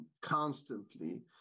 constantly